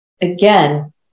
Again